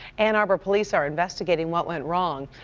ann arbor police are investigating what went wrong.